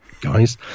guys